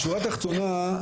בשורה התחתונה,